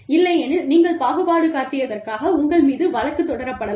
இல்லையெனில் நீங்கள் பாகுபாடு காட்டியதற்காக உங்கள் மீது வழக்கு தொடரப்படலாம்